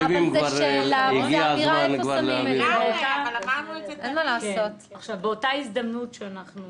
הגיע הזמן כבר --- באותה הזדמנות שאנחנו